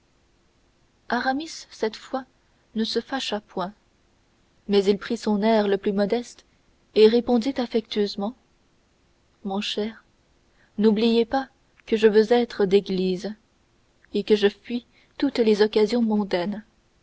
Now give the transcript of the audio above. aramis cette fois ne se fâcha point mais il prit son air le plus modeste et répondit affectueusement mon cher n'oubliez pas que je veux être église et que je fuis toutes les occasions mondaines